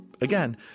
Again